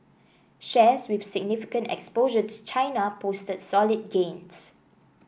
shares with significant exposure to China posted solid gains